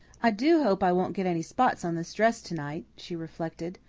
i do hope i won't get any spots on this dress to-night, she reflected.